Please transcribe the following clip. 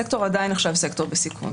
הסקטור עדיין נחשב סקטור בסיכון.